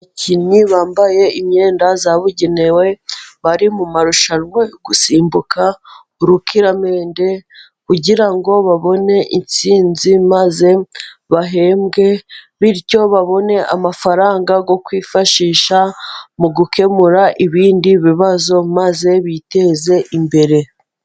Abakinnyi bambaye imyenda yabugenewe bari mu marushanwa yo gusimbuka urukiramende. Kugira ngo babone intsinzi maze bahembwe, bityo babone amafaranga yo kwifashisha mu gukemura ibindi bibazo, maze biteze imbere.